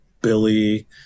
Billy